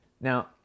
Now